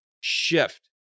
shift